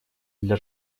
для